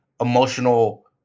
emotional